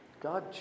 God